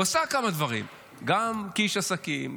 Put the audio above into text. הוא עשה כמה דברים גם כאיש עסקים,